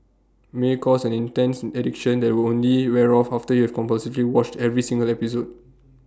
may cause an intense addiction that will only wear off after you have compulsively watched every single episode